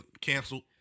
canceled